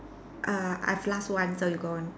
err I've last one so you go on